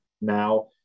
now